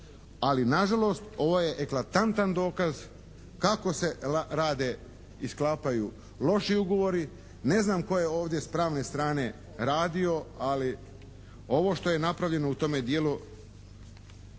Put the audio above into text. ali na žalost ovo je eklatantan dokaz kako se rade i sklapaju loši ugovori, ne znam tko je ovdje s pravne strane radio, ali ovo što je napravljeno u tome dijelu